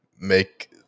make